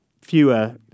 fewer